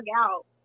out